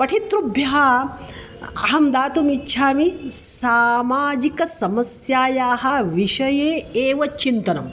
पठितृभ्यः अहं दातुम् इच्छामि सामाजिकसमस्यायाः विषये एव चिन्तनम्